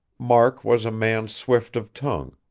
mark was a man swift of tongue,